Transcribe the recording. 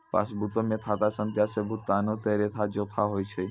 पासबुको मे खाता संख्या से भुगतानो के लेखा जोखा होय छै